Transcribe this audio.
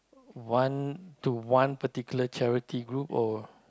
one to one particular charity group or